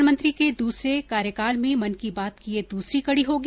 प्रधानमंत्री के दूसरे कार्यकाल में मन की बात की यह दूसरी कड़ी होगी